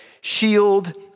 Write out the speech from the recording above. shield